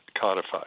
codified